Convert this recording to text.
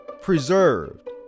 preserved